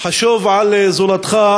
"חשוב על זולתך",